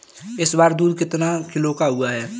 इस बार दूध कितना किलो हुआ है?